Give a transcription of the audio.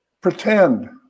pretend